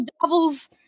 doubles